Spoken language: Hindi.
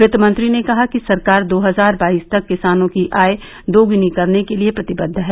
वित्त मंत्री ने कहा कि सरकार दो हजार बाईस तक किसानों की आय दोगुनी करने के लिए प्रतिबद्ध है